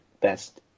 best